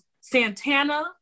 Santana